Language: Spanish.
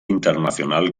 internacional